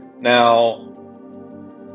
Now